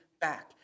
back